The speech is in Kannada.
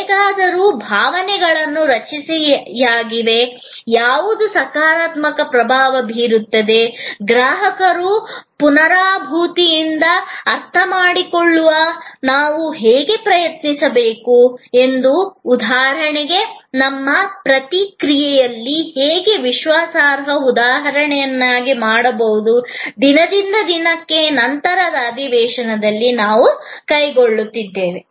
ಹೇಗಾದರೂ ಭಾವನೆಗಳು ರಚನೆಯಾಗಿವೆ ಯಾವುದು ಸಕಾರಾತ್ಮಕ ಪ್ರಭಾವ ಬೀರುತ್ತದೆ ಗ್ರಾಹಕರನ್ನು ಪರಾನುಭೂತಿಯಿಂದ ಅರ್ಥಮಾಡಿಕೊಳ್ಳಲು ನಾವು ಹೇಗೆ ಪ್ರಯತ್ನಿಸುತ್ತೇವೆ ಉದಾಹರಣೆಗೆ ನಮ್ಮ ಪ್ರತಿಕ್ರಿಯೆಯನ್ನು ಹೇಗೆ ವಿಶ್ವಾಸಾರ್ಹ ಉದಾಹರಣೆಯನ್ನಾಗಿ ಮಾಡಬಹುದು ದಿನದಿಂದ ದಿನಕ್ಕೆ ನಂತರದ ಅಧಿವೇಶನಗಳನ್ನು ನಾವು ಕೈಗೆತ್ತಿಕೊಳ್ಳುತ್ತೇವೆ